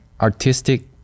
artistic